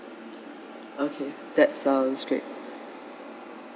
okay that sounds great